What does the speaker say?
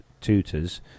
tutors